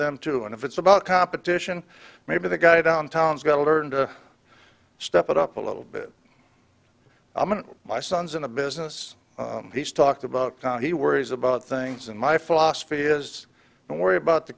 them too and if it's about competition maybe the guy downtown is going to learn to step it up a little bit i mean my son's in a business he's talked about he worries about things in my philosophy is don't worry about the